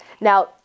now